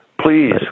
Please